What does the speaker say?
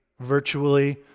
virtually